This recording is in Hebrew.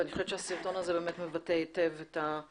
ואני חושבת שהסרטון הזה באמת מבטה היטב את הסוגיה